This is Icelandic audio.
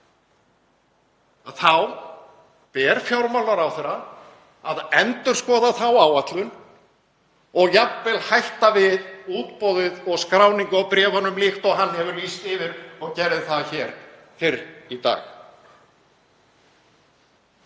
ber fjármálaráðherra að endurskoða þá áætlun og jafnvel hætta við útboðið og skráningu á bréfunum líkt og hann hefur lýst yfir, gerði það hér fyrr í dag.